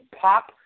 pop